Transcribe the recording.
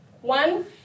One